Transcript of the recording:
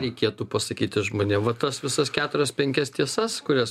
reikėtų pasakyti žmonėm va tas visas keturias penkias tiesas kurias